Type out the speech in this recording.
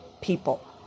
people